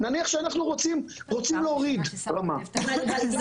נניח שאנחנו רוצים להוריד רמה --- אתה